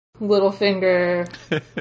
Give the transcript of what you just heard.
Littlefinger